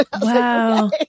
wow